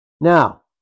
Now